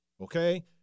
okay